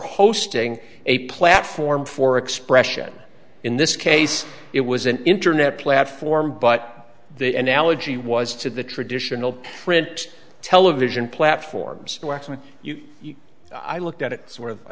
hosting a platform for expression in this case it was an internet platform but the analogy was to the traditional print television platforms where i looked at it